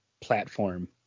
platform